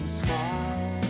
smile